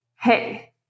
hey